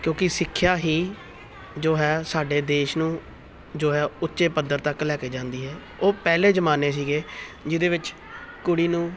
ਕਿਉਂਕਿ ਸਿੱਖਿਆ ਹੀ ਜੋ ਹੈ ਸਾਡੇ ਦੇਸ਼ ਨੂੰ ਜੋ ਹੈ ਉੱਚੇ ਪੱਧਰ ਤੱਕ ਲੈ ਕੇ ਜਾਂਦੀ ਹੈ ਉਹ ਪਹਿਲੇ ਜਮਾਨੇ ਸੀਗੇ ਜਿਹਦੇ ਵਿੱਚ ਕੁੜੀ ਨੂੰ